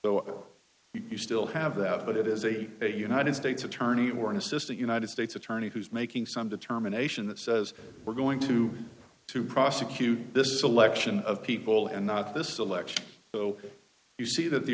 so you still have that but it is a united states attorney or an assistant united states attorney who's making some determination that says we're going to to prosecute this selection of people and not this election so you see that the